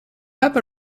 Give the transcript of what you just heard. have